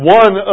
one